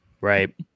Right